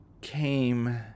came